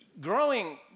growing